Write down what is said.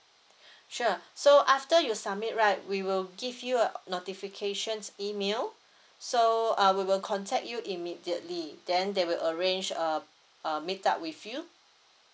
sure so after you submit right we will give you a notifications email so uh we will contact you immediately then they will arrange uh a meet up with you